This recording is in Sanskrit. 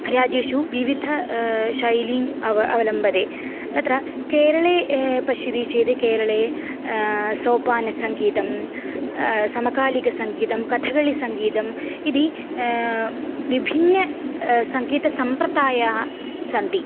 राज्येषु विविधाः शैलीः अव अवलम्बते तत्र केरळे पश्यति चेद् केरळे सोपानसङ्गीतं समकालिकसङ्गीतं कथगळिसङ्गीतम् इति विभिन्नाः सङ्गीतसम्प्रदायाः सन्ति